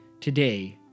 Today